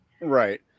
Right